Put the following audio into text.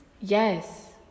Yes